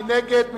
מי נגד?